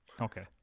Okay